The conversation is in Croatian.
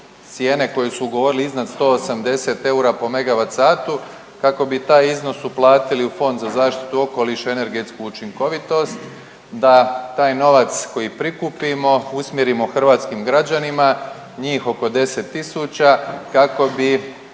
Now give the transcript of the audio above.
cijene koje su ugovorili iznad 180 eura po megavat satu kako bi taj iznos uplatili u Fond za zaštitu okoliša i energetsku učinkovitost, da taj novac koji prikupimo usmjerimo hrvatskim građanima, njih oko 10000 kako bi